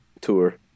Tour